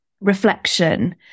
reflection